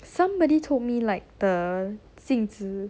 somebody told me like the 性质